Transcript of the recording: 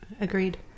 Agreed